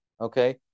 okay